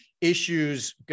issues